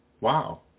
wow